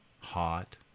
hot